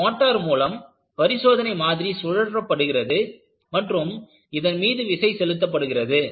ஒரு மோட்டார் மூலம் பரிசோதனை மாதிரி சுழற்றப்படுகிறது மற்றும் இதன் மீது விசை செலுத்தப்படுகிறது